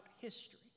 history